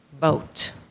Vote